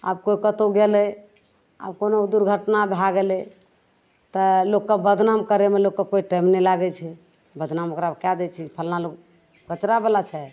आब कोइ कतहु गेलै आब कोनो दुर्घटना भै गेलै तऽ लोकके बदनाम करैमे लोकके कोइ टाइम नहि लागै छै बदनाम ओकरा कै दै छै फल्लाँ लोक कचरावला छै